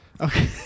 Okay